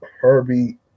Herbie